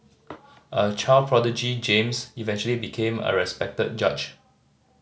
a child prodigy James eventually became a respected judge